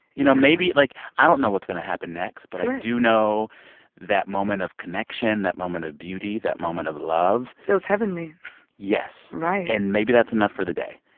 you know? maybe like, i don't know what's going to happen next correct but i do know that moment of connection, that moment of beauty, that moment of love. feels heavenly yes right and maybe that's enough for the day.